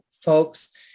folks